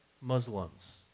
Muslims